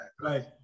Right